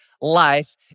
life